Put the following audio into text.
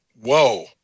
Whoa